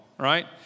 right